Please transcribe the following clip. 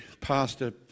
Pastor